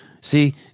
See